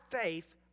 faith